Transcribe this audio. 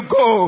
go